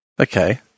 Okay